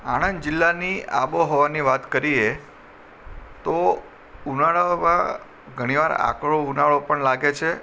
આણંદ જિલ્લાની આબોહવાની વાત કરીએ તો ઉનાળામાં ઘણીવાર આકરો ઉનાળો પણ લાગે છે